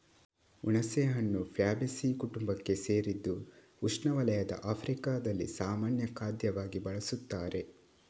ಹುಣಸೆಹಣ್ಣು ಫ್ಯಾಬೇಸೀ ಕುಟುಂಬಕ್ಕೆ ಸೇರಿದ್ದು ಉಷ್ಣವಲಯದ ಆಫ್ರಿಕಾದಲ್ಲಿ ಸಾಮಾನ್ಯ ಖಾದ್ಯವಾಗಿ ಬಳಸುತ್ತಾರೆ